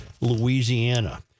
Louisiana